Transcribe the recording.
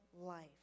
life